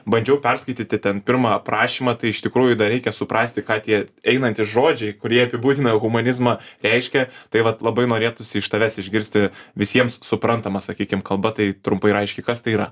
bandžiau perskaityti ten pirmą aprašymą tai iš tikrųjų dar reikia suprasti ką tie einantys žodžiai kurie apibūdina humanizmą reiškia tai vat labai norėtųsi iš tavęs išgirsti visiems suprantama sakykim kalba tai trumpai ir aiškiai kas tai yra